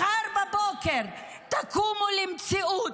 מחר בבוקר תקומו למציאות.